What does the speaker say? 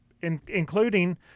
including